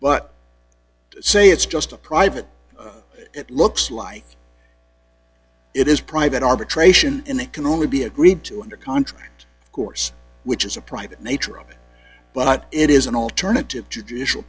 to say it's just a private it looks like it is private arbitration and it can only be agreed to under contract of course which is a private nature of it but it is an alternative to judicial